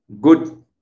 good